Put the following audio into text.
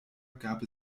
gab